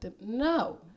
no